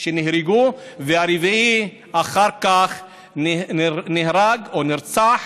שנהרגו והרביעי שאחר כך נהרג או נרצח